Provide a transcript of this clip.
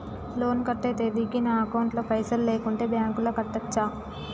Loan కట్టే తేదీకి నా అకౌంట్ లో పైసలు లేకుంటే బ్యాంకులో కట్టచ్చా?